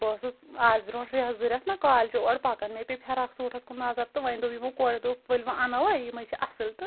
بہٕ ٲسٕس آز برٛونٛٹھ رٮ۪تھ زٕ رٮ۪تھ نہ کالجہِ اورٕ پَکَان مےٚ پیے فِراک سوٗٹَس کُن نظر تہٕ وَۄنۍ دوٚپ یِمو کورٮ۪و دوٚپُکھ وٕلوٕ اَنوے یِمےٕ چھِ اصٕل تہٕ